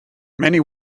many